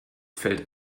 fällt